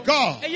God